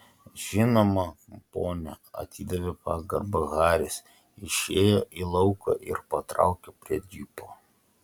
žinoma pone atidavė pagarbą haris išėjo į lauką ir patraukė prie džipo